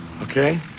okay